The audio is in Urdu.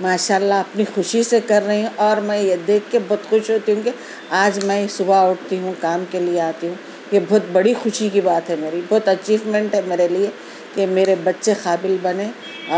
ماشاء اللہ اپنی خوشی سے کر رہی ہوں اور میں یہ دیکھ کے بہت خوش ہوتی ہوں کہ آج میں صبح اٹھتی ہوں کام کے لیے آتی ہوں یہ بہت بڑی خوشی کی بات ہے میری بہت اچیومنٹ ہے میرے لیے کہ میرے بچے قابل بنیں